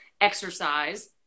exercise